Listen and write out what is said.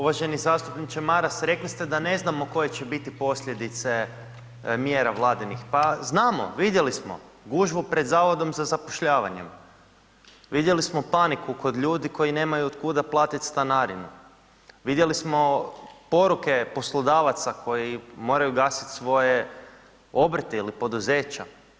Uvaženi zastupniče Maras, rekli ste da ne znamo koje će biti posljedice mjera Vladinih, pa znamo, vidjeli smo gužvu pred Zavodom za zapošljavanjem, vidjeli smo paniku kod ljudi koji nemaju otkuda platit stanarinu, vidjeli smo poruke poslodavaca koji moraju gasit svoje obrte ili poduzeća.